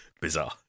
bizarre